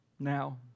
Now